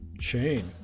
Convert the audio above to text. Shane